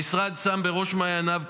המשרד שם בראש מעייניו,